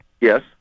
Yes